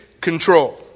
control